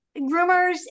groomers